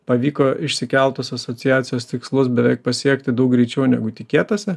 pavyko išsikeltus asociacijos tikslus beveik pasiekti daug greičiau negu tikėtasi